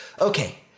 Okay